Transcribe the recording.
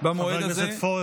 חבר הכנסת פורר,